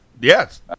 Yes